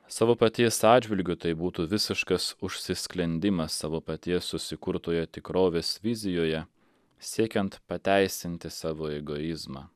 savo paties atžvilgiu tai būtų visiškas užsisklendimas savo paties susikurtoje tikrovės vizijoje siekiant pateisinti savo egoizmą